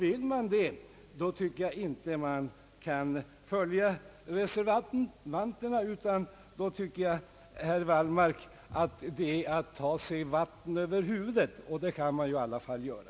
Vill man det, kan man inte följa reservanterna. Det tycker jag, herr Wallmark, skulle vara att ta sig vatten över huvudet — och det bör man ju inte göra.